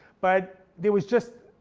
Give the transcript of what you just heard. but there was just,